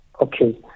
Okay